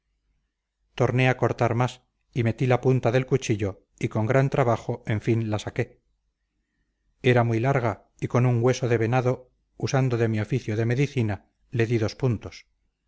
torné a cortar más y metí la punta del cuchillo y con gran trabajo en fin la saqué era muy larga y con un hueso de venado usando de mi oficio de medicina le di dos puntos